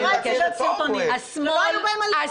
המשטרה הציגה סרטונים שלא היו בהם אלימות,